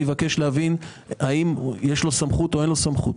אני מבקש להבין האם יש לו סמכות או אין לו סמכות.